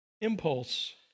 Impulse